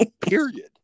Period